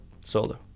Solar